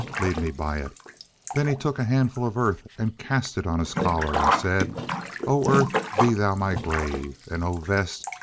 lead me by it then he took a handful of earth and cast it on his collar, and said o earth! be thou my grave and o vest!